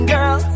Girl